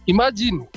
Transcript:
Imagine